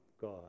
God